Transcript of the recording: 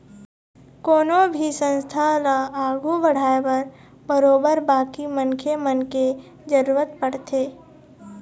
कोनो भी संस्था ल आघू बढ़ाय बर बरोबर बाकी मनखे मन के जरुरत पड़थे